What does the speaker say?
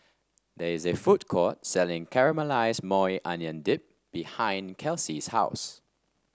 there is a food court selling Caramelized Maui Onion Dip behind Kelsey's house